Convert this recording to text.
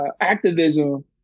activism